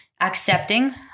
accepting